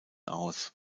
aus